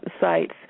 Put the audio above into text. sites